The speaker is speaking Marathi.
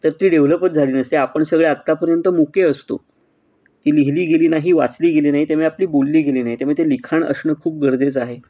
तर ती डेव्हलपच झाली नसती आपण सगळे आत्तापर्यंत मुके असतो ती लिहिली गेली नाही वाचली गेली नाही त्यामुळे आपली बोलली गेली नाही त्यामुळे ते लिखाण असणं खूप गरजेचं आहे